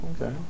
Okay